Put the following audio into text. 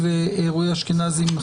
דוקטור גיא לוריא מהמכון הישראלי לדמוקרטיה.